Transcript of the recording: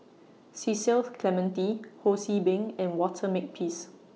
Cecil's Clementi Ho See Beng and Walter Makepeace